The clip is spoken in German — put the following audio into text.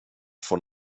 von